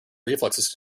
reflexes